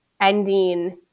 ending